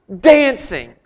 dancing